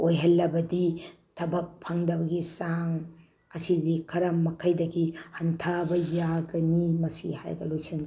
ꯑꯣꯏꯍꯜꯂꯕꯗꯤ ꯊꯕꯛ ꯐꯪꯗꯕꯒꯤ ꯆꯥꯡ ꯑꯁꯤꯗꯤ ꯈꯔ ꯃꯈꯩꯗꯒꯤ ꯍꯟꯊꯕ ꯌꯥꯒꯅꯤ ꯃꯁꯤ ꯍꯥꯏꯔꯒ ꯂꯣꯏꯁꯟꯖꯒꯦ